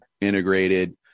integrated